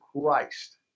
Christ